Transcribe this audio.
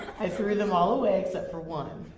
i threw them all away except for one.